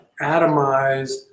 atomized